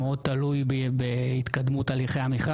זה מאוד תלוי בהתקדמות תהליכי המכרז.